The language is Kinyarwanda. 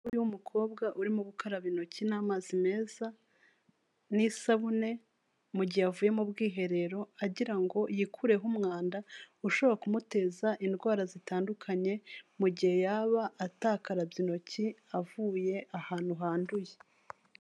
Umwana w'umukobwa urimo gukaraba intoki n'amazi meza n'isabune mu gihe avuye mu bwiherero, agira ngo yikureho umwanda ushobora kumuteza indwara zitandukanye mu gihe yaba atakarabye intoki avuye ahantu handuye.